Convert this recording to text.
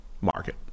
market